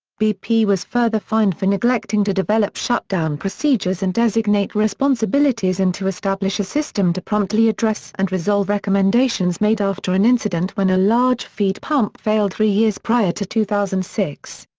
bp was further fined for neglecting to develop shutdown procedures and designate responsibilities and to establish a system to promptly address and resolve recommendations made after an incident when a large feed pump failed three years prior to two thousand and six.